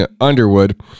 Underwood